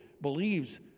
believes